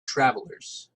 travelers